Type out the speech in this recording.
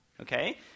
okay